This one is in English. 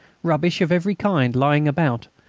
rubbish of every kind lying about,